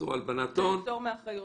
אסור לכם להעביר?